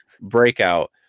breakout